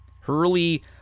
Hurley